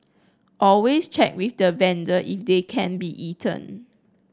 always check with the vendor if they can be eaten